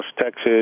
Texas